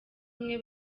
umwe